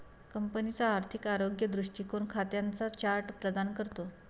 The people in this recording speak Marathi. कंपनीचा आर्थिक आरोग्य दृष्टीकोन खात्यांचा चार्ट प्रदान करतो